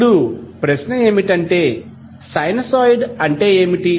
ఇప్పుడు ప్రశ్న ఏమిటంటే సైనూసోయిడ్ అంటే ఏమిటి